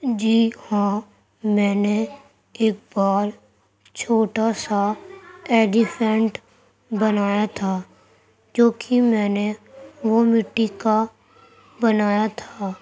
جی ہاں میں نے ایک بار چھوٹا سا ٹیڈی فرینٹ بنایا تھا جو کہ میں نے وہ مٹی کا بنایا تھا